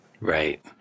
Right